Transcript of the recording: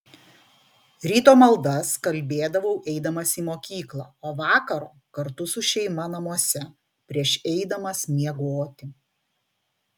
ryto maldas kalbėdavau eidamas į mokyklą o vakaro kartu su šeima namuose prieš eidamas miegoti